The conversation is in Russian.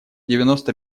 девяносто